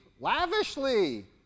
lavishly